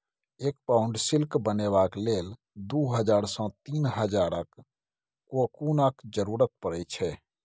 एक pound silk बनेबाक लेल दु हजार सँ तीन हजारक कोकुनक जरुरत परै छै